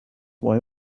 why